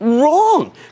Wrong